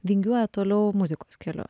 vingiuoja toliau muzikos keliu